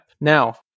now